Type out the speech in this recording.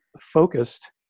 focused